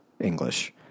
English